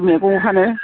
मैगं फानो